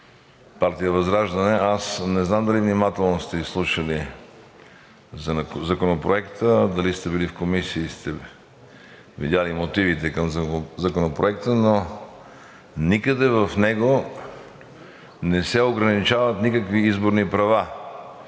партия ВЪЗРАЖДАНЕ, аз не знам дали внимателно сте изслушали Законопроекта, дали сте били в Комисията и сте видели мотивите към Законопроекта, но никъде в него не се ограничават никакви изборни права,